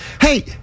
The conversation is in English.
hey